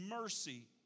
mercy